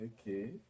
okay